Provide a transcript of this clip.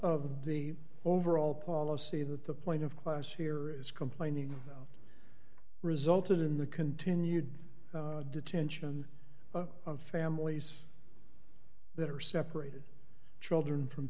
of the overall policy that the point of class here is complaining resulted in the continued detention of families that are separated children from